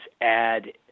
add